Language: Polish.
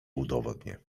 udowodnię